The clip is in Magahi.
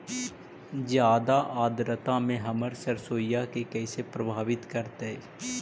जादा आद्रता में हमर सरसोईय के कैसे प्रभावित करतई?